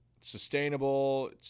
Sustainable